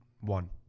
One